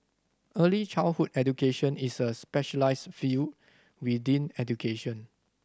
early childhood education is a specialised field within education